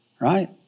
right